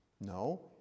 no